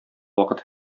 вакыт